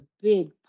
big